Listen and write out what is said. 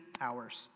hours